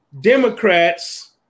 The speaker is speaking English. Democrats